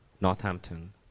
Northampton